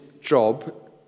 job